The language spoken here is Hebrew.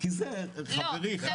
אנחנו דווקא מנסים